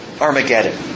Armageddon